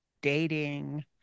dating